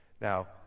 Now